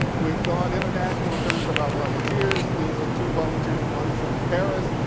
we've gone international in terms of our volunteers. these are two volunteers, one, from paris,